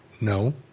No